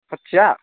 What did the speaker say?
पातिया